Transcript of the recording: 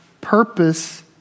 purpose